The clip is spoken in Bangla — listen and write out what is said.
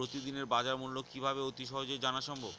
প্রতিদিনের বাজারমূল্য কিভাবে অতি সহজেই জানা সম্ভব?